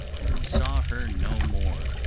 and we saw her no more.